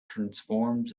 transforms